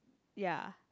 ya